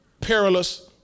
perilous